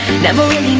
never really